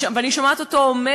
ואני שומעת אותו אומר: